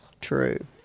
True